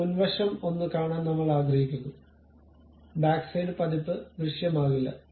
ഇപ്പോൾ മുൻവശം ഒന്ന് കാണാൻ നമ്മൾ ആഗ്രഹിക്കുന്നു ബാക്ക്സൈഡ് പതിപ്പ് ദൃശ്യമാകില്ല